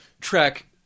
track